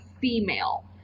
female